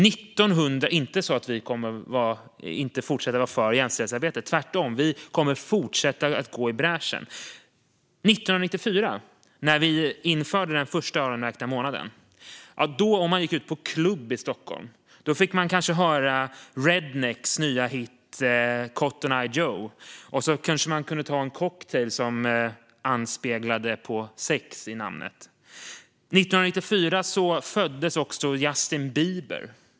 Det är inte så att vi inte kommer att fortsätta vara för jämställdhetsarbetet; tvärtom kommer vi att fortsätta gå i bräschen. Men om man gick ut på klubb i Stockholm 1994, när vi införde den första öronmärkta månaden, fick man kanske höra Rednex nya hit Cotton Eye Joe . Kanske tog man sig en cocktail vars namn anspelade på sex. 1994 föddes också Justin Bieber.